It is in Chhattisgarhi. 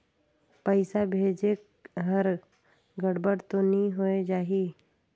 पइसा भेजेक हर गड़बड़ तो नि होए जाही?